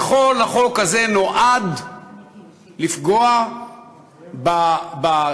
וכל החוק הזה נועד לפגוע באחוז,